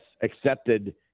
accepted